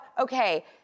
okay